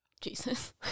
Jesus